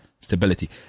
stability